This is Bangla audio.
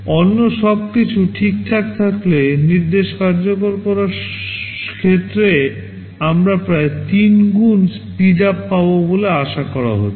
অন্য সব কিছু ঠিকঠাক থাকলে নির্দেশ কার্যকর করার ক্ষেত্রে আমরা প্রায় 3 গুণ স্পিডআপ পাব বলে আশা করা হচ্ছে